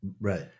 Right